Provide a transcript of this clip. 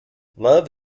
love